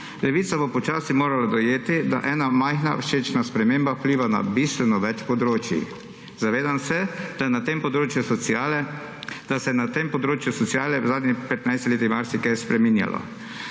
Levica bo počasi morala dojeti, da ena majhna všečna sprememba vpliva na bistveno več področij. Zavedam se, da se je na tem področju sociale v zadnjih 15 letih marsikaj spreminjalo,